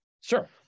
Sure